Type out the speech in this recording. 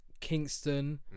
Kingston